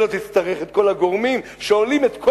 ולא תצטרך את כל הגורמים שעולים את כל